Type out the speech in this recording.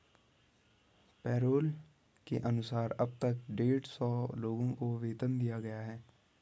payroll के अनुसार अब तक डेढ़ सौ लोगों को वेतन दिया गया है